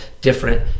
different